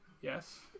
Yes